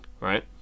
right